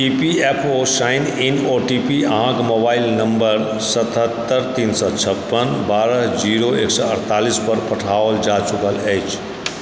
E P F O sign in O T P अहाँकेँ mobile number सतहत्तरि तीन सए छप्पन बारह ज़ीरो एक सए अठतालिस पर पठाओल जा चुकल अछि